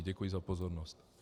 Děkuji za pozornost.